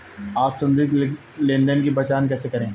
आप संदिग्ध लेनदेन की पहचान कैसे करेंगे?